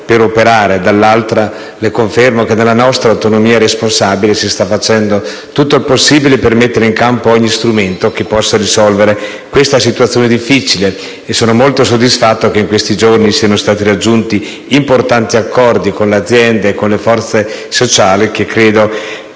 per operare. Le confermo che, nella nostra autonomia responsabile, si sta facendo tutto il possibile per mettere in campo ogni strumento che possa risolvere questa situazione difficile. Sono molto soddisfatto che in questi giorni siano stati raggiunti importanti accordi con le aziende e le forze sociali, che credo